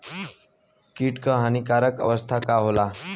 कीट क हानिकारक अवस्था का होला?